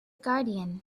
guardian